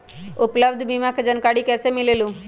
उपलब्ध बीमा के जानकारी कैसे मिलेलु?